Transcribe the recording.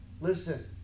Listen